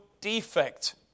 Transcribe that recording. defect